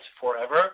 forever